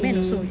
mmhmm